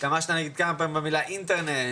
השתמשת נגיד כמה פעמים במילה אינטרנט,